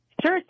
Sure